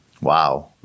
Wow